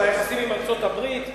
על היחסים עם ארצות-הברית.